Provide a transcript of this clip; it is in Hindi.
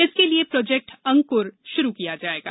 इसके लिए प्रोजेक्ट अंकुर शुरू किया जायेगा